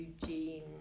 Eugene